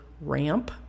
ramp